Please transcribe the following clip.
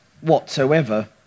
whatsoever